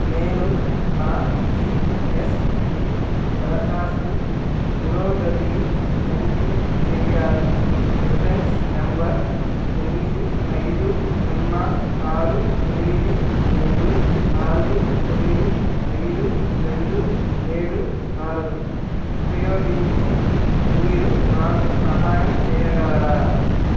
నేను నా G S T దరఖాస్తు పురోగతిని తనిఖీ చెయ్యాలి రిఫరెన్స్ నెంబర్ ఎనిమిది ఐదు సున్నా ఆరు ఎనిమిది రెండు నాలుగు తొమ్మిది ఐదు రెండు ఏడు నాలుగు ఉపయోగించి మీరు నాకు సహాయం చేయగలరా